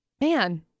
man